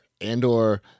Andor